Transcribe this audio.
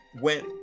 went